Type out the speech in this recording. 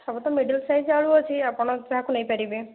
ସବୁ ତ middle size ଆଳୁ ଅଛି ଆପଣ ଯାହାକୁ ନେଇ ପାରିବେ